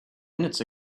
minutes